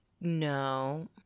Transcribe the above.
No